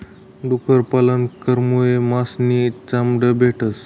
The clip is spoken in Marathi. डुक्कर पालन करामुये मास नी चामड भेटस